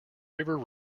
river